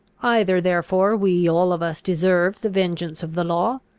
either therefore we all of us deserve the vengeance of the law,